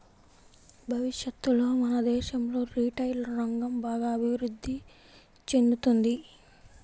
భవిష్యత్తులో మన దేశంలో రిటైల్ రంగం బాగా అభిరుద్ధి చెందుతుంది